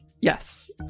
Yes